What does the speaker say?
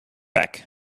back